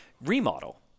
remodel